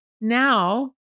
now